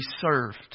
served